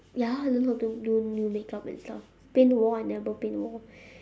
ya I learn how to do new makeup and stuff paint the wall I never paint the wall